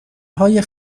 های